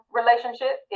relationship